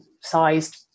sized